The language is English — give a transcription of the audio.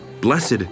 Blessed